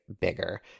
bigger